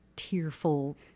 Tearful